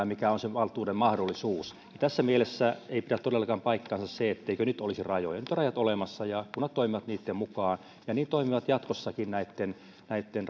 mikä on sen kunnallisen itsehallinnon valtuuden mahdollisuus tässä mielessä ei pidä todellakaan paikkaansa se etteikö nyt olisi rajoja nyt on rajat olemassa ja kunnat toimivat niitten mukaan ja niin toimivat jatkossakin näitten näitten